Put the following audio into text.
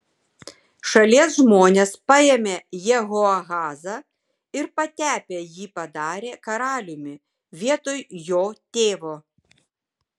šalies žmonės paėmė jehoahazą ir patepę jį padarė karaliumi vietoj jo tėvo